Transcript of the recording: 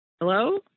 Hello